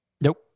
Nope